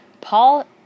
Paul